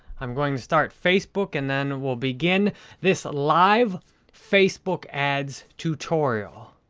i'm going to start facebook and then we'll begin this live facebook ads tutorial.